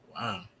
Wow